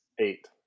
eight